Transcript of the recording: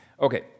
Okay